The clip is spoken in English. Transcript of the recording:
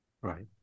Right